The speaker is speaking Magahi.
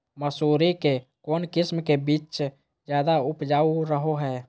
मसूरी के कौन किस्म के बीच ज्यादा उपजाऊ रहो हय?